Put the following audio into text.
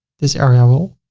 this area will